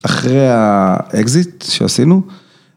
אחרי ה-exit שעשינו.